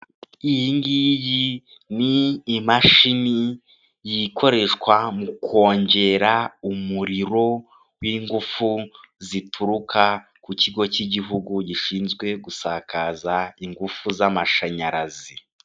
Iyi ngiyi ni imashini yikoreshwa mu kongera umuriro w'ingufu zituruka ku kigo cy'igihugu gishinzwe gusakaza ingufu z'amashanyarazi.